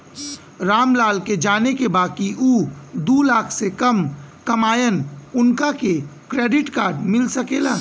राम लाल के जाने के बा की ऊ दूलाख से कम कमायेन उनका के क्रेडिट कार्ड मिल सके ला?